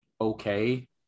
okay